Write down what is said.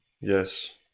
Yes